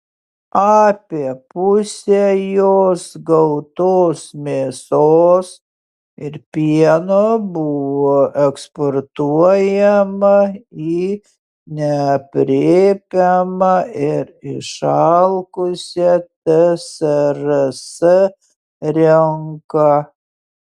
apie pusę jos gautos mėsos ir pieno buvo eksportuojama į neaprėpiamą ir išalkusią tsrs rinką